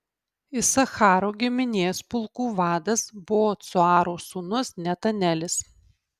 isacharo giminės pulkų vadas buvo cuaro sūnus netanelis